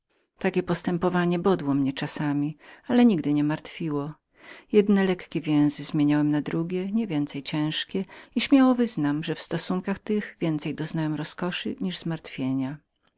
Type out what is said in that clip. takowe postępowania bodły mnie czasami ale nigdy nie martwiły jedne lekkie więzy zmieniłem na drugie nie mniej ciężkie i śmiało wyznam że w stosunkach tych więcej doznałem rozkoszy niż zmartwienia